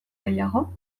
gehiago